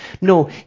no